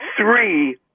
three